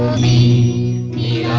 me